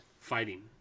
fighting